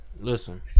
Listen